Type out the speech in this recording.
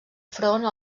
front